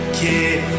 kid